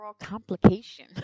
complication